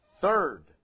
third